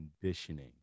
conditioning